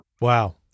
Wow